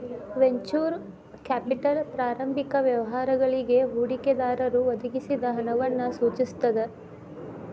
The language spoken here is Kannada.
ವೆಂಚೂರ್ ಕ್ಯಾಪಿಟಲ್ ಪ್ರಾರಂಭಿಕ ವ್ಯವಹಾರಗಳಿಗಿ ಹೂಡಿಕೆದಾರರು ಒದಗಿಸಿದ ಹಣವನ್ನ ಸೂಚಿಸ್ತದ